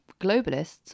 globalists